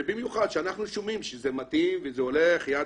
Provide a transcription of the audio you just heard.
במיוחד כשאנחנו שומעים שזה מתאים וזה הולך יד